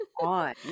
on